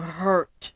hurt